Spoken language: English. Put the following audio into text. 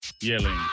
yelling